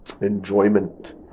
enjoyment